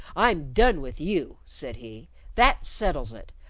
i'm done with you, said he that settles it.